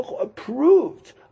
approved